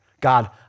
God